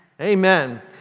Amen